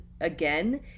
again